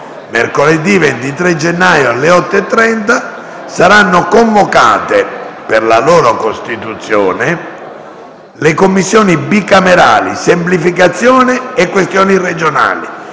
Mercoledì 23 gennaio, alle ore 8,30, saranno convocate, per la loro costituzione, le Commissioni bicamerali semplificazione e questioni regionali,